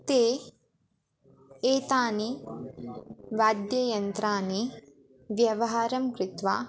ते एतानि वाद्ययन्त्राणां व्यवहारं कृत्वा